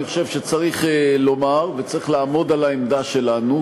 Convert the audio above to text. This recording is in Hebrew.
אני חושב שצריך לומר וצריך לעמוד על העמדה שלנו,